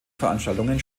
veranstaltungen